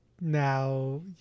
now